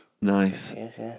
Nice